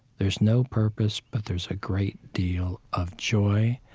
there's no purpose, but there's a great deal of joy.